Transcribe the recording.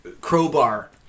crowbar